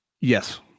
Yes